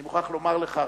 אני מוכרח לומר לך רק,